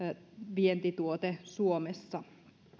vientituote suomessa